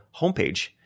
homepage